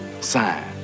Sign